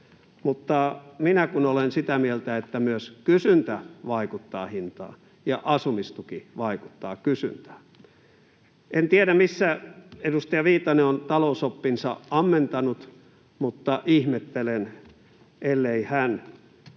mutta minä kun olen sitä mieltä, että myös kysyntä vaikuttaa hintaan ja asumistuki vaikuttaa kysyntään. En tiedä, mistä edustaja Viitanen on talousoppinsa ammentanut, mutta ihmettelen, ellei hän